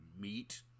meat